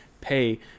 pay